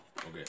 Okay